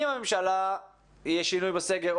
אם הממשלה תחליט על שינוי בסגר,